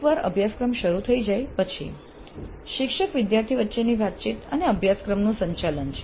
એકવાર અભ્યાસક્રમ શરૂ થઈ જાય પછી શિક્ષક વિદ્યાર્થી વચ્ચેની વાતચીત અને અભ્યાસક્રમનું સંચાલન છે